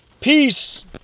Peace